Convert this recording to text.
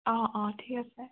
অঁ অঁ ঠিক আছে